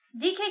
DK